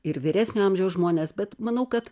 ir vyresnio amžiaus žmones bet manau kad